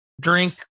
drink